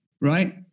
right